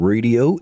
Radio